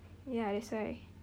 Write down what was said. ya that's why